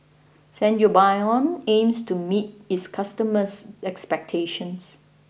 Sangobion aims to meet its customers' expectations